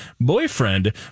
boyfriend